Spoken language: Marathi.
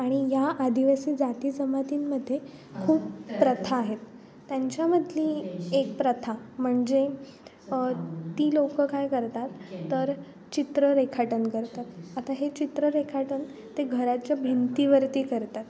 आणि ह्या आदिवासी जातीजमातींमध्ये खूप प्रथा आहेत त्यांच्यामधली एक प्रथा म्हणजे ती लोकं काय करतात तर चित्र रेखाटन करतात आता हे चित्र रेखाटन ते घराच्या भिंतीवरती करतात